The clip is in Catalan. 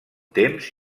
temps